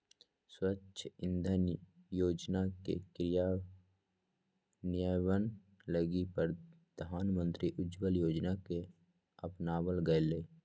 स्वच्छ इंधन योजना के क्रियान्वयन लगी प्रधानमंत्री उज्ज्वला योजना के अपनावल गैलय